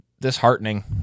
disheartening